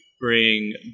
bring